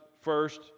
first